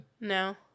No